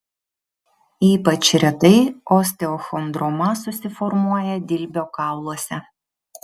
ypač retai osteochondroma susiformuoja dilbio kauluose